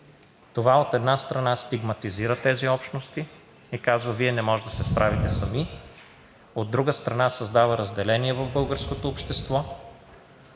Това, от една страна, стигматизира тези общности и казва: „Вие не може да се справите сами.“ От друга страна, създава разделение в българското общество